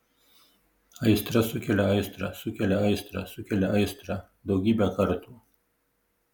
aistra sukelia aistrą sukelia aistrą sukelia aistrą daugybę kartų